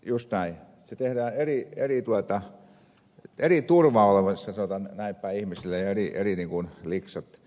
just näin se tehdään eri turvalla sanotaan näinpäin ihmisille eri liksat